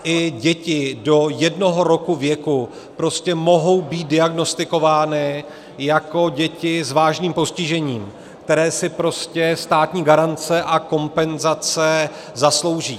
I děti do jednoho roku věku prostě mohou být diagnostikovány i jako děti s vážným postižením, které si prostě státní garance a kompenzace zaslouží.